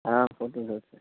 ہاں فوٹو